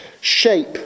shape